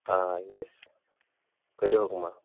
آ یِس کٔرو حُکمہ